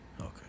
Okay